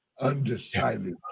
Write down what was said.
undecided